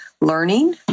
learning